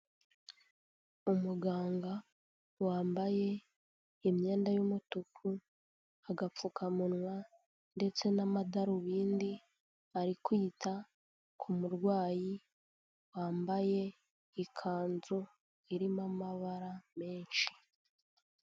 Umuganga wambaye imyenda y'umutuku, agapfukamunwa, ndetse n'amadarubindi, ari kwita ku murwayi wambaye ikanzu irimo amabara menshi.